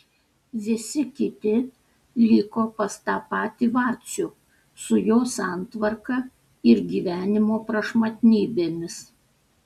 visi kiti liko pas tą patį vacių su jo santvarka ir gyvenimo prašmatnybėmis